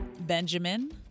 Benjamin